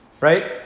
Right